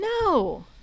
No